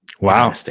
Wow